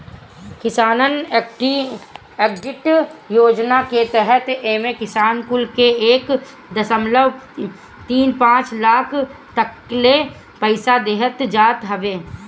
किसान क्रेडिट योजना के तहत एमे किसान कुल के एक दशमलव तीन पाँच लाख तकले पईसा देहल जात हवे